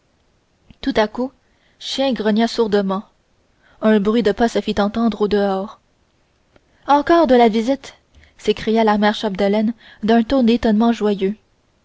tout à coup chien grogna sourdement un bruit de pas se fit entendre au dehors encore de la visite s'écria la mère chapdelaine d'un ton d'étonnement joyeux